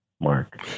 mark